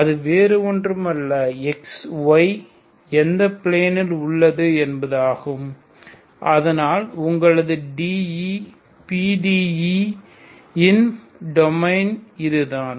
அது வேறு ஒன்றுமல்ல xy எந்த பிலேனில் உள்ளது என்பதாகும் அதனால் உங்களது DE PDE ன் டொமைன் இதுதான்